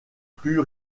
plus